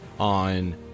on